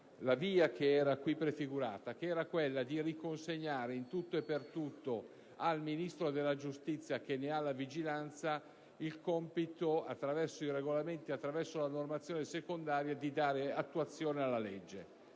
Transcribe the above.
via che era qui prefigurata: da una parte riconsegnare in tutto e per tutto al Ministro della giustizia, che ne ha la vigilanza, il compito, attraverso i regolamenti e la normazione secondaria, di dare attuazione alla legge;